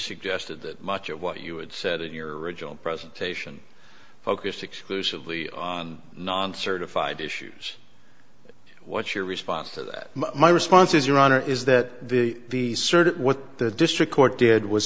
suggested that much of what you would said in your original presentation focused exclusively on non certified issues what's your response to that my response is your honor is that the certain what the district court did was